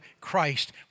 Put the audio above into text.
Christ